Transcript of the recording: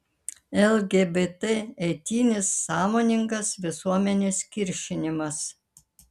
lgbt eitynės sąmoningas visuomenės kiršinimas